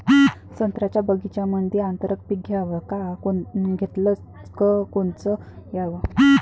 संत्र्याच्या बगीच्यामंदी आंतर पीक घ्याव का घेतलं च कोनचं घ्याव?